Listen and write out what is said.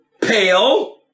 pale